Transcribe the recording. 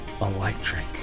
Electric